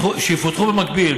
יפותחו במקביל.